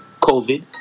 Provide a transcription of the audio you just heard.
covid